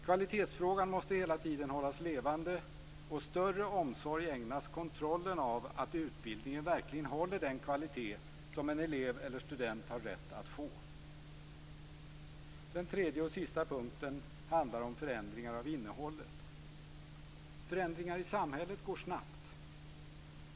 Kvalitetsfrågan måste hela tiden hållas levande, och större omsorg måste ägnas åt kontrollen av att utbildningen verkligen håller den kvalitet som en elev eller student har rätt att kräva. Den tredje och sista punkten handlar om förändringar av innehållet. Förändringarna i samhället går snabbt.